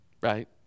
right